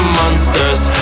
monsters